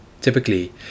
Typically